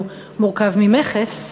מורכב ממכס,